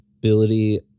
ability